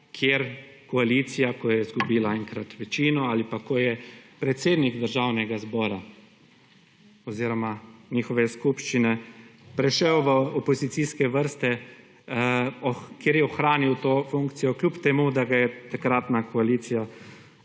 kjer koalicija, ko je izgubila enkrat večino ali pa ko je predsednik državnega zbora oziroma njihove skupščine prešel v opozicijske vrste, kjer je ohranil to funkcijo kljub temu, da ga je takratna koalicija